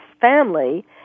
family